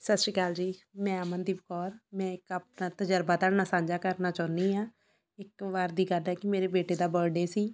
ਸਤਿ ਸ਼੍ਰੀ ਅਕਾਲ ਜੀ ਮੈਂ ਅਮਨਦੀਪ ਕੌਰ ਮੈਂ ਇੱਕ ਆਪਣਾ ਤਜਰਬਾ ਤੁਹਾਡੇ ਨਾਲ਼ ਸਾਂਝਾ ਕਰਨਾ ਚਾਹੁੰਦੀ ਹਾਂ ਇੱਕ ਵਾਰ ਦੀ ਗੱਲ ਹੈ ਕਿ ਮੇਰੇ ਬੇਟੇ ਦਾ ਬਰਡੇ ਸੀ